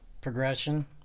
progression